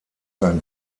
sein